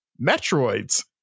Metroids